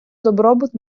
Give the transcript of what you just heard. добробут